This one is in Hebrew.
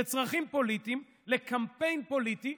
לצרכים פוליטיים, לקמפיין פוליטי.